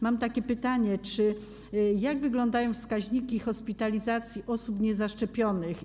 Mam takie pytanie: Jak wyglądają wskaźniki hospitalizacji osób niezaszczepionych?